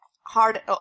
hard